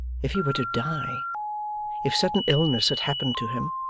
if he were to die if sudden illness had happened to him,